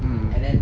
mm